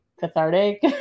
cathartic